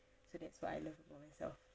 so that's what I love most about myself